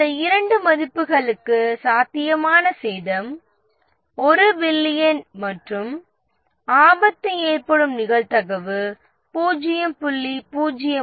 இந்த இரண்டு மதிப்புகளுக்கும் சாத்தியமான சேதம் 1 பில்லியன் மற்றும் ரிஸ்க்கை ஏற்படுதுவதற்கான நிகழ்தகவு 0